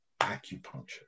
acupuncture